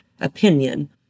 opinion